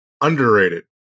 underrated